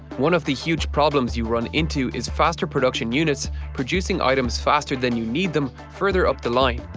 one of the huge problems you run into is faster production units producing items faster than you need them further up the line,